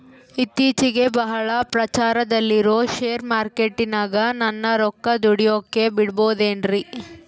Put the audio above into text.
ಇತ್ತೇಚಿಗೆ ಬಹಳ ಪ್ರಚಾರದಲ್ಲಿರೋ ಶೇರ್ ಮಾರ್ಕೇಟಿನಾಗ ನನ್ನ ರೊಕ್ಕ ದುಡಿಯೋಕೆ ಬಿಡುಬಹುದೇನ್ರಿ?